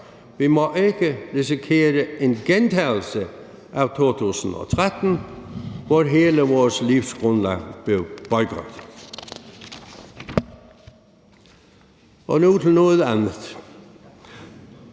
Vi må ikke risikere en gentagelse af 2013, hvor hele vores livsgrundlag blev boykottet. Nu til noget andet.